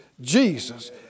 Jesus